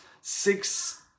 six